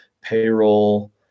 payroll